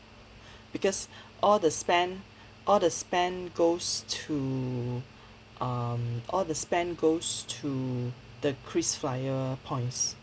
because all the spend all the spend goes to um all the spend goes to the Krisflyer points